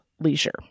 Leisure